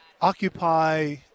occupy